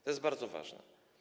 To jest bardzo ważne.